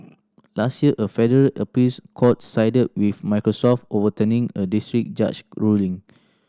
last year a federal appeals court sided with Microsoft overturning a district judge ruling